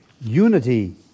Unity